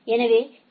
எனவே பி